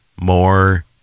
more